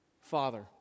Father